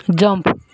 jump